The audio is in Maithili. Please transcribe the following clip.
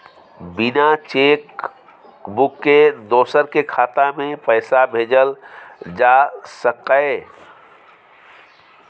बिना चेक बुक के दोसर के खाता में पैसा भेजल जा सकै ये?